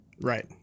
right